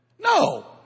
No